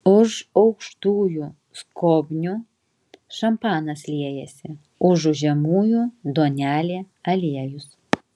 už aukštųjų skobnių šampanas liejasi užu žemųjų duonelė aliejus